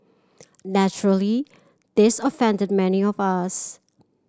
naturally this offended many of us